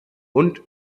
und